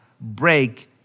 break